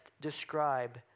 describe